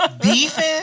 Beefing